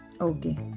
Okay